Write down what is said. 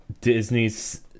Disney's